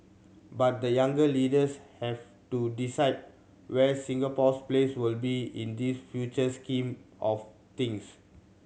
but the younger leaders have to decide where Singapore's place will be in this future scheme of things